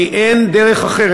כי אין דרך אחרת.